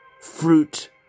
fruit